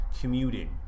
commuting